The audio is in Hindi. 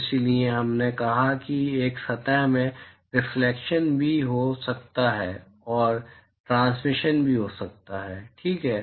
तो इसलिए हमने कहा कि एक सतह में रिफलेक्शन भी हो सकता है और ट्रांसमिशन भी हो सकता है ठीक है